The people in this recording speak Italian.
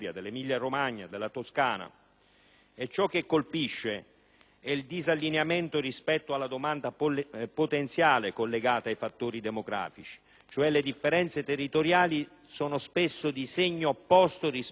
Ciò che colpisce è il disallineamento rispetto alla domanda potenziale collegata ai fattori demografici: cioè, le differenze territoriali sono spesso di segno opposto rispetto alla domanda attesa,